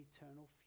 eternal